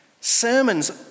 sermons